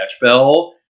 Bell